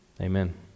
Amen